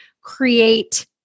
create